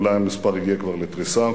אולי המספר הגיע כבר לתריסר,